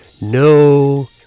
No